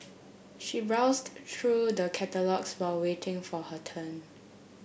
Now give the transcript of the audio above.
she browsed through the catalogues while waiting for her turn